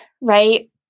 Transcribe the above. right